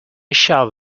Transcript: shout